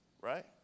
right